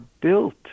built